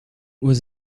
was